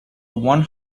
one